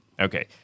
Okay